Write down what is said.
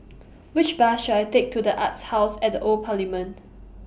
Which Bus should I Take to The Arts House At The Old Parliament